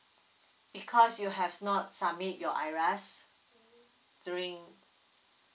because you have not submit your IRAS during